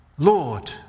Lord